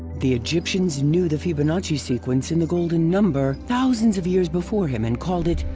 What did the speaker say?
the egyptians knew the fibonacci sequence in the golden number thousands of years before him, and called it,